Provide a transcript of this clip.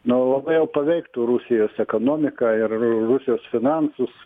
nu labai jau paveiktų rusijos ekonomiką ir rusijos finansus